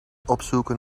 opzoeken